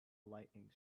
lightening